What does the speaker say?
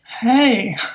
Hey